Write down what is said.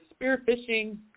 spearfishing